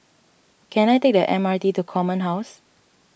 can I take the M R T to Command House